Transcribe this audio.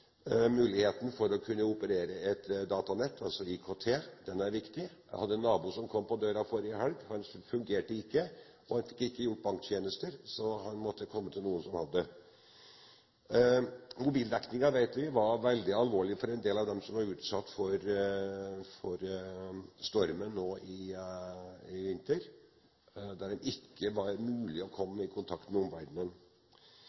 Muligheten for å kunne operere et datanett – altså IKT – er viktig. Jeg hadde en nabo som kom på døra forrige helg; hans datanett fungerte ikke, og han fikk ikke gjort banktjenester, så han måtte komme til noen som hadde det. Manglende mobildekning vet vi var veldig alvorlig for en del av dem som var utsatt for stormen nå i vinter, da det ikke var mulig å